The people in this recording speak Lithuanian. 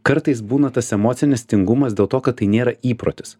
kartais būna tas emocinis tingumas dėl to kad tai nėra įprotis